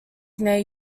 may